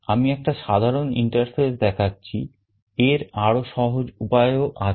আমি একটি সাধারণ interface দেখাচ্ছি এর আরো সহজ উপায়ও আছে